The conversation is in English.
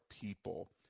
people